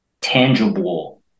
tangible